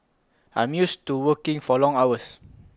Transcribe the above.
I'm used to working for long hours